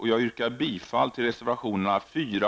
Jag yrkar bifall till reservationerna 4,